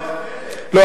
לא,